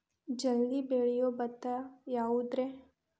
ಜಲ್ದಿ ಬೆಳಿಯೊ ಭತ್ತ ಯಾವುದ್ರೇ?